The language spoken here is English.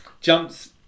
jumps